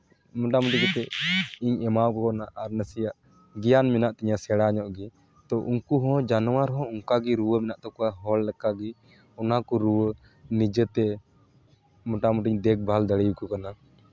ᱢᱳᱴᱟᱢᱩᱴᱤ ᱠᱟᱛᱮᱜ ᱤᱧ ᱮᱢᱟᱣ ᱠᱚ ᱠᱟᱱᱟ ᱟᱨ ᱱᱟᱥᱮᱭᱟᱜ ᱜᱮᱭᱟᱱ ᱢᱮᱱᱟᱜ ᱛᱤᱧᱟᱹ ᱥᱮᱬᱟ ᱧᱚᱜ ᱜᱮ ᱛᱳ ᱩᱱᱠᱩ ᱦᱚᱸ ᱡᱟᱱᱣᱟᱨ ᱦᱚᱸ ᱚᱱᱠᱟᱜᱮ ᱨᱩᱣᱟᱹ ᱢᱮᱱᱟᱜ ᱛᱟᱠᱚᱣᱟ ᱦᱚᱲ ᱞᱮᱠᱟᱜᱮ ᱚᱱᱟ ᱠᱚ ᱨᱩᱣᱟᱹᱱᱤᱡᱮᱛᱮ ᱢᱳᱴᱟᱢᱩᱴᱤᱧ ᱫᱮᱠᱵᱷᱟᱞ ᱫᱟᱲᱮᱭᱟᱠᱚ ᱠᱟᱱᱟ